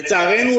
לצערנו,